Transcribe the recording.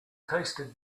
tasted